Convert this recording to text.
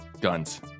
guns